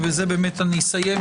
ובזה אסיים,